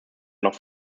noch